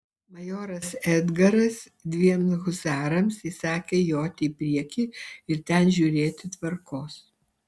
majoras edgaras dviem husarams įsakė joti į priekį ir ten žiūrėti tvarkos